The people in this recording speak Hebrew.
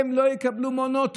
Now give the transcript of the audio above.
הן לא יקבלו מעונות.